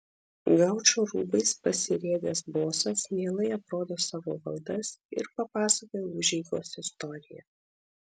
gaučo rūbais pasirėdęs bosas mielai aprodo savo valdas ir papasakoja užeigos istoriją